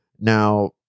now